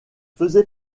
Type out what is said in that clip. faisait